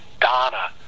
Donna